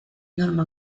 norma